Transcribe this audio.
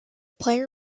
player